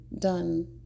done